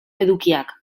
edukiak